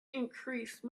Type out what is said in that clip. increase